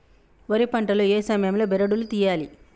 వరి పంట లో ఏ సమయం లో బెరడు లు తియ్యాలి?